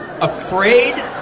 afraid